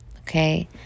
okay